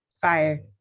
fire